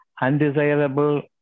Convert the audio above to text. undesirable